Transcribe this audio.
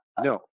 No